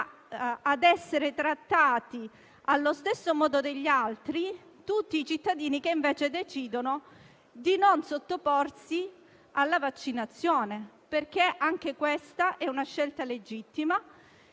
ad essere trattati come gli altri tutti i cittadini che decidono di non sottoporsi alla vaccinazione, perché anche questa è una scelta legittima,